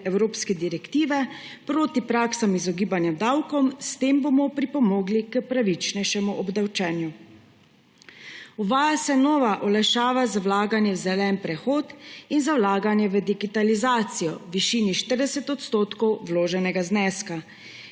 evropske direktive proti praksam izogibanja davkom, s tem bomo pripomogli k pravičnejšemu obdavčenju. Uvaja se nova olajšava za vlaganje v zeleni prehod in za vlaganje v digitalizacijo v višini 40 % vloženega zneska.